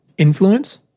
Influence